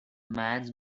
man’s